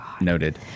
noted